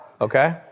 okay